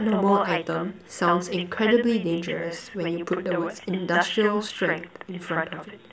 what normal item sounds incredibly dangerous when you put the words industrial strength in front of it